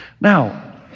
Now